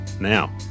now